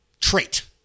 trait